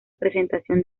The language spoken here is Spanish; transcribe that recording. presentación